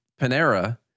Panera